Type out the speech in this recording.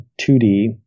2d